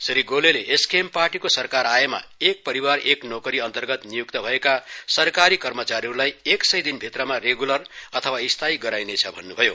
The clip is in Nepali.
श्री गोलेले एसकेएम पार्टीको सरकार आएमा एक परिवार एक नोकरी अर्न्तगत नियुक्त भएका सरकारी कर्मचारीहरूलाई एक सय दिन भित्रमा रेगुलर अथवा स्थायी गराइनेछ भन्नुभयो